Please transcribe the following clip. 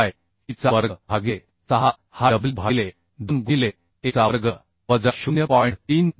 2 f y t चा वर्ग भागिले 6 हा डब्ल्यू भागिले 2 गुणिले a चा वर्ग वजा 0